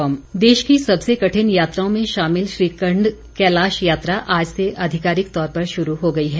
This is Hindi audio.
श्रीखंड यात्रा देश की सबसे कठिन यात्राओं में शामिल श्रीखंड कैलाश यात्रा आज से अधिकारिक तौर पर शुरू हो गई है